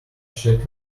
scheduled